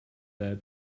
there